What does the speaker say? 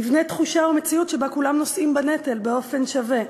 נבנה תחושה ומציאות שכולם נושאים בנטל באופן שווה.